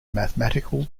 mathematical